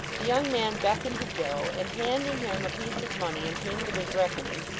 the young man beckoned to joe, and handing him a piece of money in payment of his reckoning,